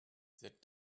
that